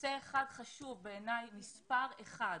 נושא אחד חשוב בעיני, מספר 1,